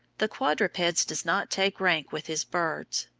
the quadrupeds does not take rank with his birds.